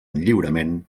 lliurement